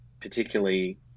particularly